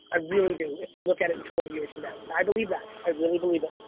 i really do. if you look at it in twenty years from now. i believe that. i really believe it.